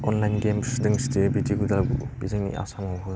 online game बिदि हुदा बे जोंनि आसामावबो